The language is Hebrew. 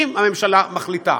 אם הממשלה מחליטה.